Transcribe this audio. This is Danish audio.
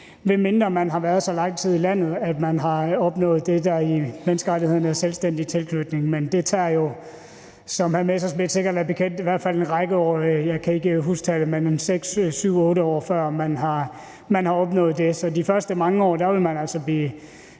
med mindre man har været så lang tid i landet, at man har opnået det, der i menneskerettighederne hedder selvstændig tilknytning. Men det tager jo, som hr. Morten Messerschmidt sikkert er bekendt med, i hvert fald en række år. Jeg kan ikke huske tallet, men det er 6, 7, 8 år, før man har opnået det. Så de første mange år vil man altså blive